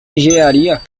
engenharia